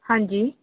ਹਾਂਜੀ